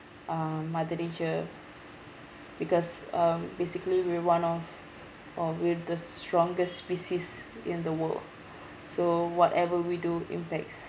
uh mother nature because um basically we're one of or we're the strongest species in the world so whatever we do impacts